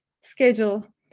schedule